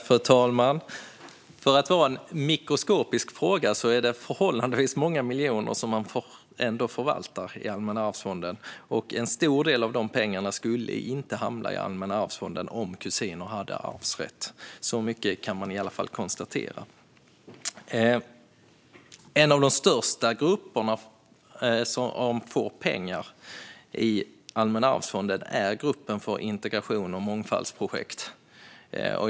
Fru talman! För att vara en mikroskopisk fråga är det förhållandevis många miljoner som man ändå förvaltar i Allmänna arvsfonden. En stor del av dessa pengar skulle inte hamna i Allmänna arvsfonden om kusiner hade arvsrätt. Så mycket kan man i alla fall konstatera. En av de största grupperna som får pengar från Allmänna arvsfonden är gruppen för integrations och mångfaldsprojekt.